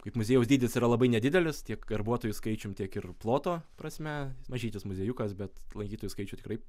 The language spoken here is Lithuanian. kaip muziejaus dydis yra labai nedidelis tiek darbuotojų skaičium tiek ir ploto prasme mažytis muziejukas bet lankytojų skaičiu tikrai